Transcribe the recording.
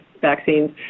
vaccines